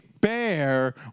bear